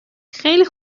خیلی